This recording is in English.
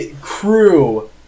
crew